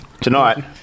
Tonight